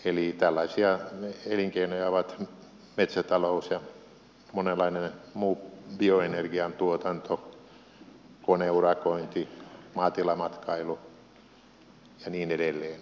eli tällaisia elinkeinoja ovat metsätalous ja monenlainen muu bioenergian tuotanto koneurakointi maatilamatkailu ja niin edelleen